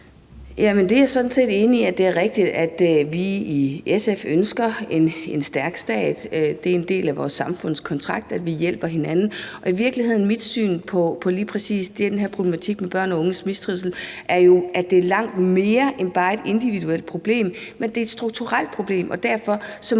jeg sådan set enig i – det er rigtigt, at vi i SF ønsker en stærk stat. Det er en del af vores samfundskontrakt, at vi hjælper hinanden. Og mit syn på lige præcis den her problematik med børn og unges mistrivsel er jo, at det er langt mere end bare et individuelt problem; det er et strukturelt problem, og derfor må